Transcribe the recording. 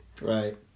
Right